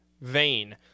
vain